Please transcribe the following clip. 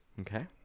Okay